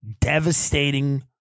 devastating